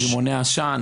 רימוני עשן?